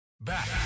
Back